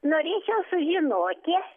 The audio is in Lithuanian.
norėčiau sužinoti